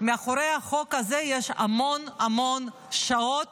מאחורי החוק הזה יש המון המון שעות